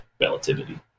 relativity